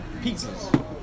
Pizzas